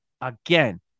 again